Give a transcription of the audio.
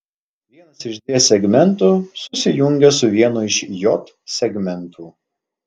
vienas iš d segmentų susijungia su vienu iš j segmentų